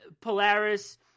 Polaris